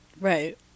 Right